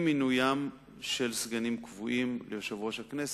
עם מינוים של סגנים קבועים ליושב-ראש הכנסת,